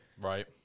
Right